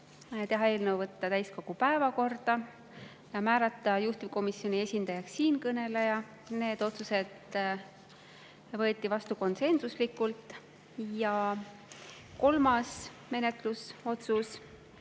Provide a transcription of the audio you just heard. Võtta eelnõu täiskogu päevakorda ja määrata juhtivkomisjoni esindajaks siinkõneleja. Need otsused võeti vastu konsensuslikult. Ka kolmas menetlusotsus